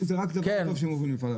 אחרים, זה רק דבר --- מפעל הפיס.